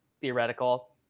theoretical